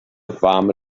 warme